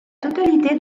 totalité